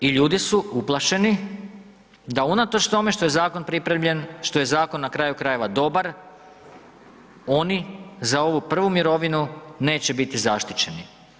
I ljudi su uplašeni da unatoč tome što je zakon pripremljen, što je zakon na kraju krajeva dobar, oni za ovu prvu mirovinu neće biti zaštićeni.